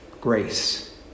Grace